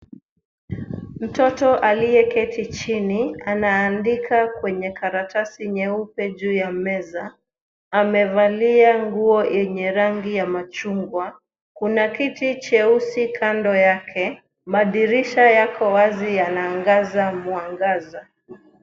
Mtoto aliyeketi chini anaandika kwenye karatasi nyeupe juu ya meza. Amevalia nguo yenye rangi ya machungwa. Kuna kiti cheusi kando yake. Madirisha yako wazi yanaangaza mwangaza.